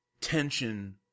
tension